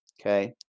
Okay